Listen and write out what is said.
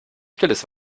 stilles